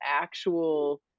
actual